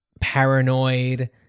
paranoid